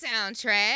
soundtrack